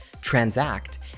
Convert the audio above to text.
transact